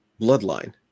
Bloodline